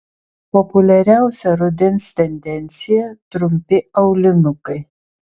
populiariausia rudens tendencija trumpi aulinukai